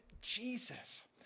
Jesus